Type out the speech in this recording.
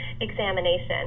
examination